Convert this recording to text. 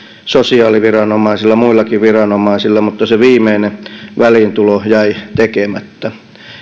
sosiaaliviranomaisilla muillakin viranomaisilla mutta se viimeinen väliintulo jäi tekemättä